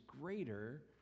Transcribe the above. greater